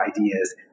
ideas